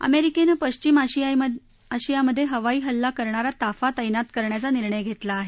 अमेरिकेनं पश्चिम आशियामधे हवाई हल्ला करणारा ताफा तैनात करण्याचा निर्णय घेतला आहे